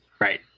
Right